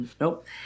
nope